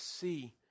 see